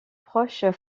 proches